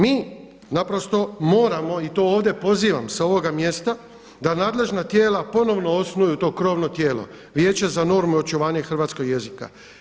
Mi naprosto moramo i to ovdje pozivam sa ovoga mjesta da nadležna tijela ponovno osnuju to krovno tijelo, Vijeće za normu i očuvanje hrvatskog jezika.